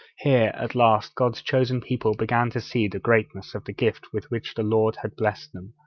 at last, god's chosen people began to see the greatness of the gift with which the lord had blessed them,